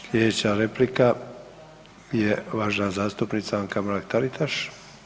Slijedeća replika je uvažena zastupnica Anka Mrak Taritaš.